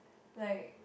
like